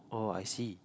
oh I see